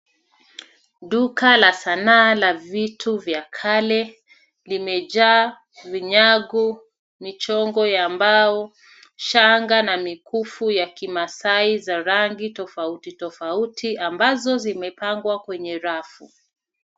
Duka la sanaa la vitu vya kale limejaa vinyago, michongo ya mbao, shanga na mikufu ya kimasai za rangi tofauti tofauti ambazo zimepangwa kwenye rafu.